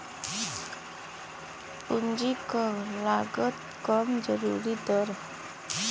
पूंजी क लागत कम जरूरी दर हौ